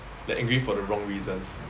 like angry for the wrong reasons